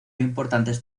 importantes